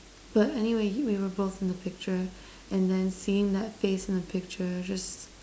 but anyway we were both in the picture and then seeing that face in the picture just